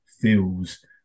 feels